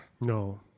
No